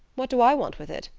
what do i want with it?